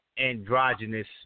androgynous